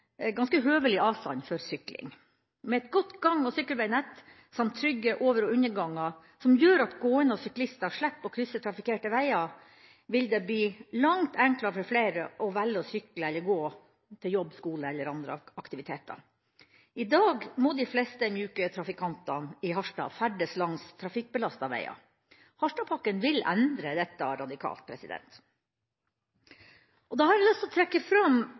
ganske høvelig avstand for sykling. Med et godt gang- og sykkelveinett samt trygge over- og underganger som gjør at gående og syklister slipper å krysse trafikkerte veier, vil det bli langt enklere for flere å velge å sykle eller gå til jobb, skole eller andre aktiviteter. I dag må de fleste myke trafikantene i Harstad ferdes langs trafikkbelastede veier. Harstad-pakken vil endre dette radikalt. Da har jeg lyst til å trekke fram